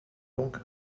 donc